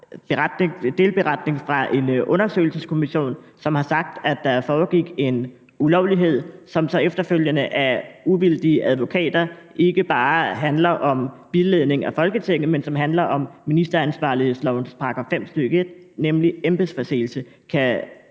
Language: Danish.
delberetning fra en undersøgelseskommission, som har sagt, at der foregik en ulovlighed, og som så efterfølgende ifølge uvildige advokater ikke bare handler om vildledning af Folketinget, men som handler om ministeransvarlighedsloven § 5, stk. 1, nemlig embedsforseelse. Kan